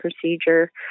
procedure